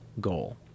goal